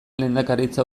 lehendakaritza